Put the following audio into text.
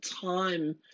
time